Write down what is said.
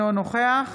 אינו נוכח